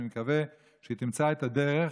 ואני מקווה שהיא תמצא את הדרך